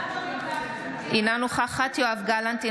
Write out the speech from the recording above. אינה נוכחת יואב גלנט,